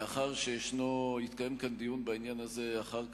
מאחר שיתקיים כאן דיון בעניין הזה אחר כך,